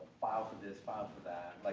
file for this, file for that.